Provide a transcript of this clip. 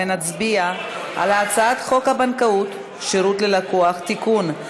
נצביע על הצעת חוק הבנקאות (שירות ללקוח) (תיקון,